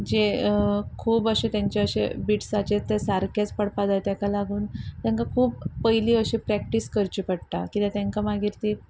जें खूबशें तेंचे बिट्सांचेर ते सारकेच पडपा जाय ताका लागून तांकां खूब पयलीं अशी प्रॅक्टीस करची पडटा किद्याक तांकां मागीर ती